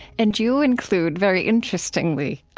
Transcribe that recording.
and you include, very interestingly,